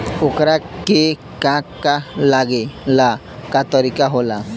ओकरा के का का लागे ला का तरीका होला?